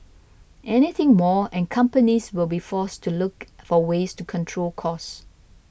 anything more and companies will be forced to look for ways to control costs